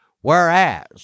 Whereas